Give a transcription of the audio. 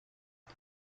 wir